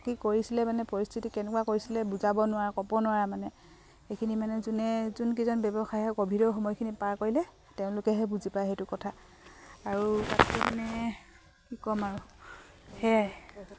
কি কৰিছিলে মানে পৰিস্থিতি কেনেকুৱা কৰিছিলে বুজাব নোৱাৰা ক'ব নোৱাৰে মানে সেইখিনি মানে যোনে যোনকেইজন ব্যৱসায়ে ক'ভিডৰ সময়খিনি পাৰ কৰিলে তেওঁলোকেহে বুজি পায় সেইটো কথা আৰু তাতকৈ মানে কি ক'ম আৰু সেয়াই